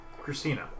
Christina